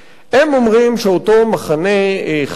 הם אומרים שאותו מחנה חדש,